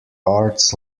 arts